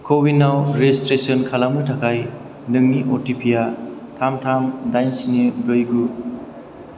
क'विनाव registration खालामनो थाखाय नोंनि अ टि पि आ थाम थाम दाइन स्नि ब्रै गु